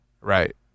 Right